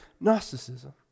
Gnosticism